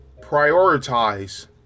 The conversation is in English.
prioritize